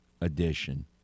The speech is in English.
edition